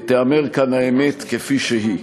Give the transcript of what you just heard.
תיאמר כאן האמת כפי שהיא.